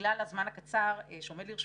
בגלל הזמן הקצר שעומד לרשותי,